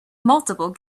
multiple